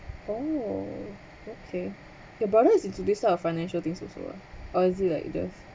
oh okay your brother is into this type of financial things also ah or is it just